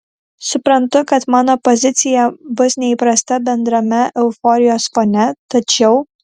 suprantu kad mano pozicija bus neįprasta bendrame euforijos fone tačiau